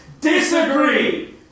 disagree